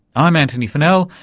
i'm antony funnell,